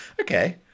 Okay